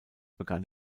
begann